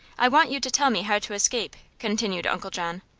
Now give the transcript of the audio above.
i want you to tell me how to escape, continued uncle john.